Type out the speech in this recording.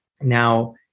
now